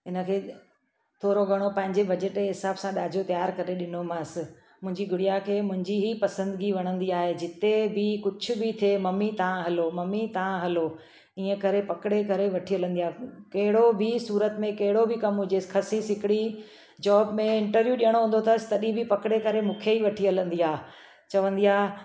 इन खे थोरो घणो पंहिंजे बजट जे हिसाब सां ॾाजो त्यारु करे ॾिनोमांस मुंहिंजी गुड़िया खे मुंहिंजी ही पसंद गी वणंदी आहे जिते बि कुझु बि थिए मम्मी तव्हां हलो मम्मी तव्हां हलो ईअं करे पकिड़े करे वठी हलंदी आहे कहिड़ो बि सूरत में कहिड़ो बि कमु हुजे खसी सिकड़ी जॉब में इंटरव्यू ॾियणो हूंदो अथसि तॾहिं बि पकिड़े करे मूंखे ई वठी हलंदी आहे चवंदी आहे